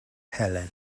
helen